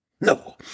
No